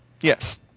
Yes